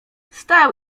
stał